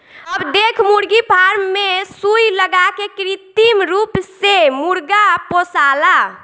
अब देख मुर्गी फार्म मे सुई लगा के कृत्रिम रूप से मुर्गा पोसाला